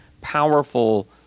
powerful